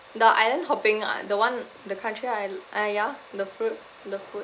the island hopping uh the one the country I l~ ah ya the food the food